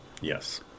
Yes